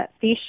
fish